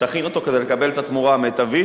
תכין אותו כדי לקבל את התמורה המיטבית,